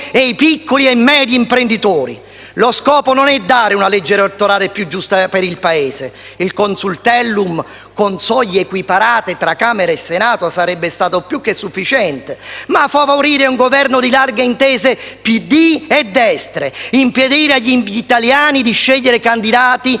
e i piccoli e medi imprenditori. Lo scopo non è dare una legge elettorale più giusta al Paese - il Consultellum con soglie equiparate tra Camera e Senato sarebbe stato più che sufficiente - ma favorire un Governo di larghe intese PD e destre; impedire agli italiani di scegliere candidati